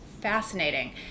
fascinating